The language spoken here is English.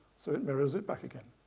so it mirrors it back again.